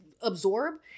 absorb